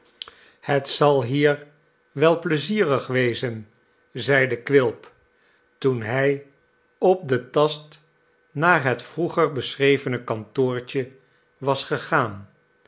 het zal hier wel pleizierig wezen zeide quilp toen hij op den tast naar het vroeger beschrevene kantoortje was gegaan